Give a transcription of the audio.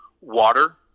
water